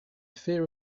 fear